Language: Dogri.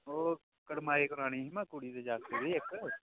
ओह् कड़माई करवानी ही में कुड़ी ते जागतै दी इक